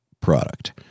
product